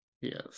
Yes